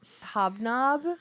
Hobnob